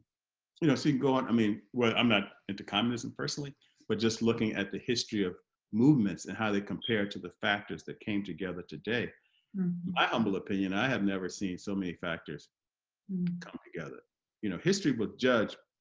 you know seeing going i mean well i'm not into communism personally but just looking at the history of movements and how they compare to the factors that came together today my humble opinion i have never seen so many factors come together you know history will judge